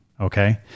Okay